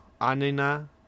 Anina